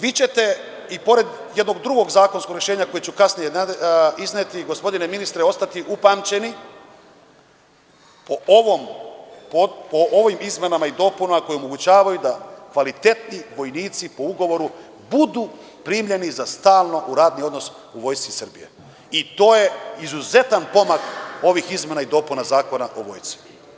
Vi ćete i pored jednog drugog zakonskog rešenja, koje ću kasnije izneti, gospodine ministre, ostati upamćeni ovim izmenama i dopunama koje omogućavaju da kvalitetni vojnici po ugovoru budu primljeni za stalno u radni odnos u Vojsci Srbije i to je izuzetan pomak ovih izmena i dopuna Zakona o Vojsci.